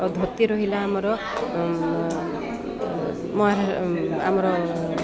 ଧୋତି ରହିଲା ଆମର ଆମର